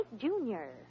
Junior